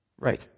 Right